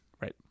Right